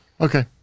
okay